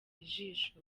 ijisho